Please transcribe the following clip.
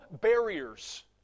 barriers